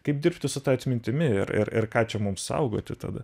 kaip dirbti su ta atmintimi ir ir ir ką čia mums saugoti tada